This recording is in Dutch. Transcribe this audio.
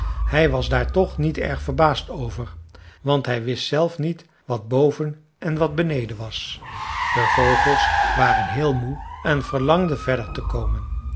hij was daar toch niet erg verbaasd over want hij wist zelf niet wat boven en wat beneden was de vogels waren heel moe en verlangden verder te komen